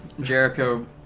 Jericho